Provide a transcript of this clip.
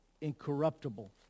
incorruptible